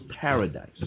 paradise